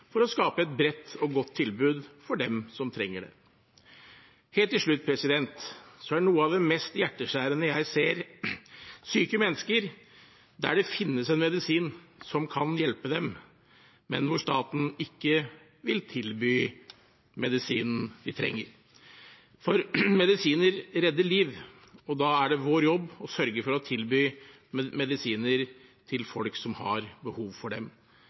for å skape et bredt og godt tilbud for dem som trenger det. Helt til slutt: Noe av det mest hjerteskjærende jeg ser, er syke mennesker der det finnes en medisin som kan hjelpe dem, men hvor staten ikke vil tilby medisinen de trenger. Medisiner redder liv, og da er det vår jobb å sørge for å tilby medisiner til folk som har behov for dem.